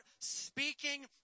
speaking